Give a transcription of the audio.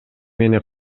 мени